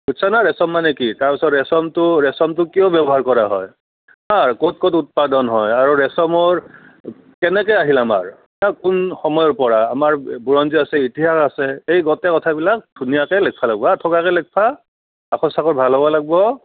বুজিছা নে ৰেচম মানে কি তাৰপিছত ৰেচমটো ৰেচমটো কিয় ব্যৱহাৰ কৰা হয় হাঁ ক'ত ক'ত উৎপাদন হয় আৰু ৰেচমৰ কেনেকৈ আহিল আমাৰ কোন সময়ৰ পৰা আমাৰ বুৰঞ্জী আছে ইতিহাস আছে এই গোটেই কথাবিলাক ধুনীয়াকৈ লিখিব লাগিব হাঁ থৌগাকৈ লিখিবা আখৰ চাখৰ ভাল হ'ব লাগিব